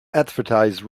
advertise